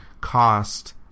cost